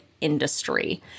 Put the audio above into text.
industry